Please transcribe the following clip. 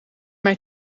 mij